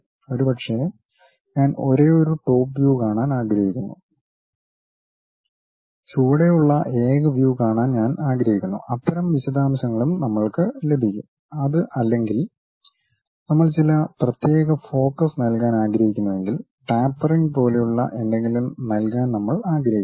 ഒരുപക്ഷേ ഞാൻ ഒരേയൊരു ടോപ്പ് വ്യൂ കാണാൻ ആഗ്രഹിക്കുന്നു ചുവടെയുള്ള ഏക വ്യൂ കാണാൻ ഞാൻ ആഗ്രഹിക്കുന്നു അത്തരം വിശദാംശങ്ങളും നമ്മൾക്ക് ലഭിക്കും അത് അല്ലെങ്കിൽ നമ്മൾ ചില പ്രത്യേക ഫോക്കസ് നൽകാൻ ആഗ്രഹിക്കുന്നുവെങ്കിൽ ടാപ്പറിംഗ് പോലുള്ള എന്തെങ്കിലും നൽകാൻ നമ്മൾ ആഗ്രഹിക്കുന്നു